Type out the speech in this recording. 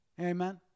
amen